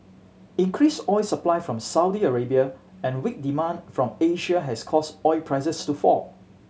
increased oil supply from Saudi Arabia and weak demand from Asia has caused oil prices to fall